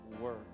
work